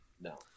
No